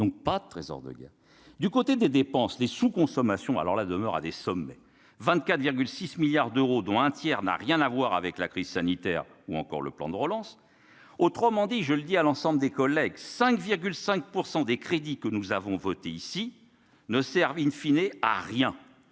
donc pas de trésor de guerre du côté des dépenses, les sous-consommation alors la demeure à des sommets, 24 6 milliards d'euros, dont un tiers n'a rien à voir avec la crise sanitaire, ou encore le plan de relance, autrement dit, je le dis à l'ensemble des collègues 5,5 % des crédits que nous avons voté ici ne serve in fine et à rien